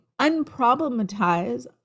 unproblematize